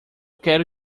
quero